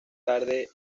tarde